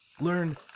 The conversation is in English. learn